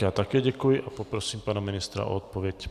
Já také děkuji a poprosím pana ministra o odpověď.